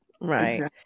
Right